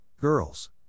girls